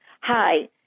hi